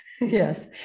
Yes